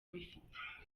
bifite